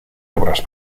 obras